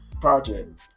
project